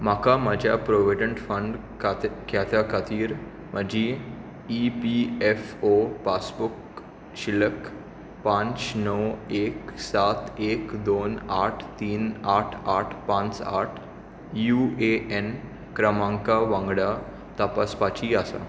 म्हाका म्हज्या provident fund खातें ख्यात्या खातीर म्हजी E P F O passbook शिल्लक पांच णव एक सात एक दोन आठ तीन आठ आठ पांच आठ यू ए ऍन क्रमांका वांगडा तपासपाची आसा